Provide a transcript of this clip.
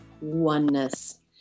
oneness